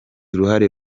uruhare